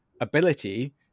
ability